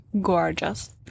gorgeous